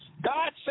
God